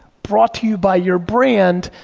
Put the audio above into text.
brought to you by your brand,